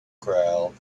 crowd